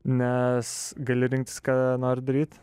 nes gali rinktis ką nori daryt